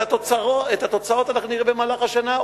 את התוצאות אנחנו נראה במהלך השנה,